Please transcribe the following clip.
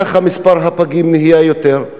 ככה מספר הפגים נהיה גדול יותר.